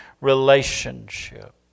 relationship